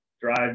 drive